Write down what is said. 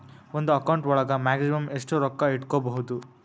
ಒಂದು ಅಕೌಂಟ್ ಒಳಗ ಮ್ಯಾಕ್ಸಿಮಮ್ ಎಷ್ಟು ರೊಕ್ಕ ಇಟ್ಕೋಬಹುದು?